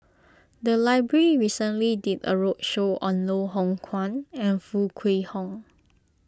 the library recently did a roadshow on Loh Hoong Kwan and Foo Kwee Horng